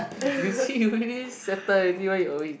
you see already settle everything why you always